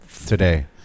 today